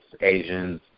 Asians